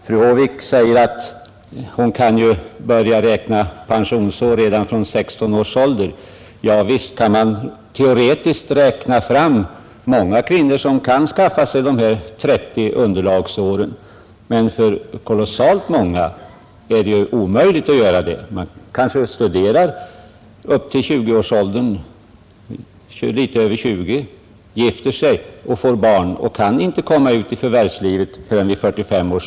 Fru Håvik säger att kvinnan kan börja räkna pensionsår redan från 16 års ålder. Ja, visst kan man teoretiskt räkna fram många fall där kvinnor har möjlighet att arbeta in de här 30 underlagsåren. För kolossalt många är det emellertid omöjligt att göra det. De kanske studerar till något över 20 års ålder, gifter sig och får barn och kan inte komma ut i förvärvslivet förrän vid 45 år.